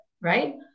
right